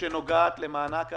שנוגעת למענק העצמאים.